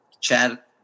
chat